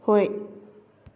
ꯍꯣꯏ